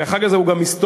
החג הזה הוא גם היסטורי,